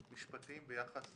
משפטים ביחס